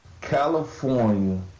California